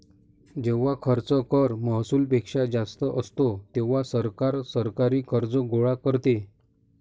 जेव्हा खर्च कर महसुलापेक्षा जास्त असतो, तेव्हा सरकार सरकारी कर्ज गोळा करते